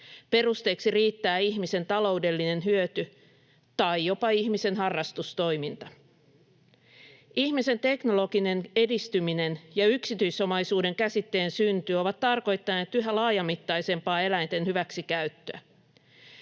Perusteeksi riittää ihmisen taloudellinen hyöty tai jopa ihmisen harrastustoiminta. Ihmisen teknologinen edistyminen ja yksityisomaisuuden käsitteen synty ovat tarkoittaneet yhä laajamittaisempaa eläinten hyväksikäyttöä.